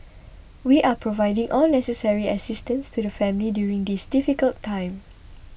we are providing all necessary assistance to the family during this difficult time